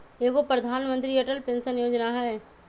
एगो प्रधानमंत्री अटल पेंसन योजना है?